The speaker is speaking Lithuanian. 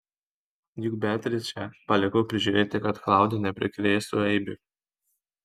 juk beatričę palikau prižiūrėti kad klaudija neprikrėstų eibių